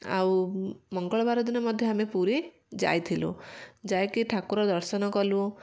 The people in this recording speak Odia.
ଆଉ ମଙ୍ଗଳବାର ଦିନ ମଧ୍ୟ ଆମେ ପୁରୀ ଯାଇଥିଲୁ ଯାଇକି ଠାକୁର ଦର୍ଶନ କଲୁ